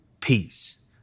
peace